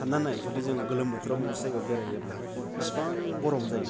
सानना नाय जुदि जों गोलोम बोथाराव मोनसे जायगायाव बेरायोब्ला बिसिबां गरम जायो